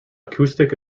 acoustic